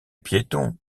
piéton